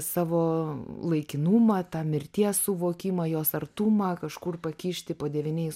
savo laikinumą tą mirties suvokimą jos artumą kažkur pakišti po devyniais